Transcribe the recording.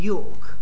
York